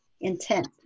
Intent